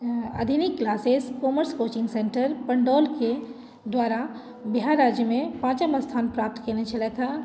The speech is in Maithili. आधुनिक क्लासेज कॉमर्स कोचिंग सेंटर पण्डौलके द्वारा बिहार राज्यमे पाँचम स्थान प्राप्त कयने छलथिए